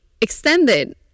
extended